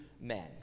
men